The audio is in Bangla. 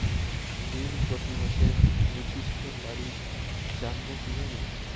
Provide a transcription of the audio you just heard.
ঋণ প্রতিমাসের নির্দিষ্ট তারিখ জানবো কিভাবে?